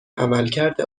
عملکرد